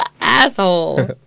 asshole